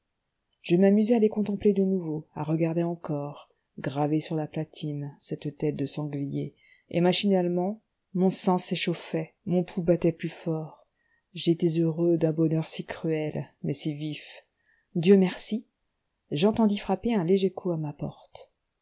je m'amusai à les contempler de nouveau à regarder encore gravée sur la platine cette tête de sanglier et machinalement mon sang s'échauffait mon pouls battait plus fort j'étais heureux d'un bonheur si cruel mais si vif dieu merci j'entendis frapper un léger coup à ma porte